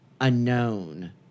unknown